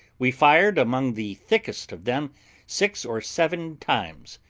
we fired among the thickest of them six or seven times,